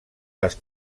les